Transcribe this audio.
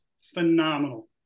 phenomenal